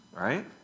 right